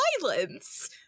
violence